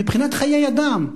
מבחינת חיי אדם,